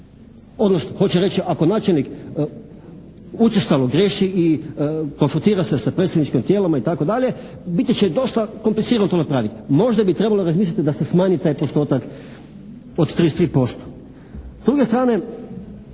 Odnosno hoće reći ako načelnik učestalo griješi i konfrontira se sa predstavničkim tijelima itd. biti će dosta komplicirano to napraviti. Možda bi trebalo razmisliti da se smanji taj postotak od 33%.